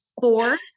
Four